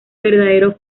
verdadero